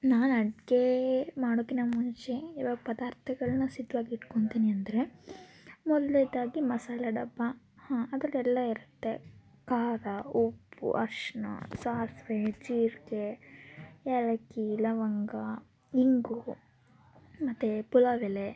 ನಾನು ಅಡುಗೆ ಮಾಡೋಕ್ಕಿಂತ ಮುಂಚೆ ಇವಾಗ ಪದಾರ್ಥಗಳನ್ನ ಸಿದ್ವಾಗಿ ಇಟ್ಕೊತೀನಿ ಅಂದರೆ ಮೊದಲ್ನೇದಾಗಿ ಮಸಾಲೆ ಡಬ್ಬ ಹಾಂ ಅದ್ರಲ್ಲಿ ಎಲ್ಲ ಇರುತ್ತೆ ಖಾರ ಉಪ್ಪು ಅರ್ಶಿನ ಸಾಸಿವೆ ಜೀರಿಗೆ ಏಲಕ್ಕಿ ಲವಂಗ ಇಂಗು ಮತ್ತು ಪುಲಾವ್ ಎಲೆ